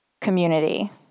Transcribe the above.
community